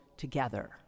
together